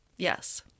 Yes